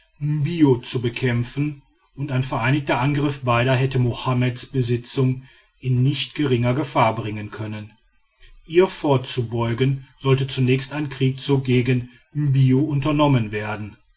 mbio zu bekämpfen und ein vereinigter angriff beider hätte mohammeds besitzungen in nicht geringe gefahr bringen können ihr vorzubeugen sollte zunächst ein kriegszug gegen mbio unternommen werden